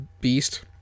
beast